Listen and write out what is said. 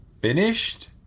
finished